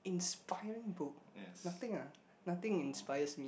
inspiring book nothing ah nothing inspires me